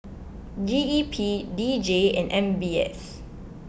G E P D J and M B S